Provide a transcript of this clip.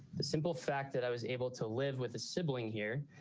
the simple fact that i was able to live with a sibling here,